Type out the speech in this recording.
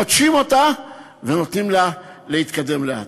נוטשים אותה ונותנים לה להתקדם לאט.